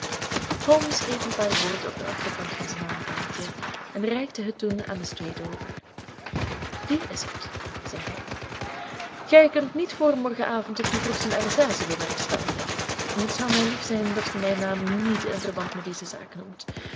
schreef een paar woorden op den achterkant van zijn naamkaartje en reikte het toen aan lestrade over die is het zeide hij gij kunt niet voor morgen avond op zijn vroegst een arrestatie bewerkstelligen het zou mij lief zijn dat gij mijn naam niet in verband met deze zaak noemt